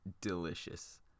delicious